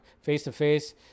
face-to-face